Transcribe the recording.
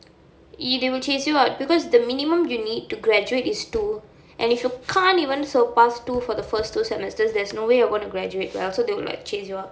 mm they will chase you out because the minimum you need to graduate is two and if you can't even pass two for the first two semesters there's no way you're gonna graduate well so they will like chase you out